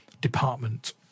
department